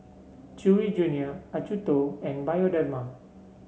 Chewy Junior Acuto and Bioderma